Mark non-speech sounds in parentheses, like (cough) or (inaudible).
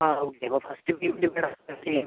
ആ ഓക്കെ അപ്പം ഫസ്റ്റ് (unintelligible)